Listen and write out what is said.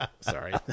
Sorry